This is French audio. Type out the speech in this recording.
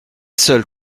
seule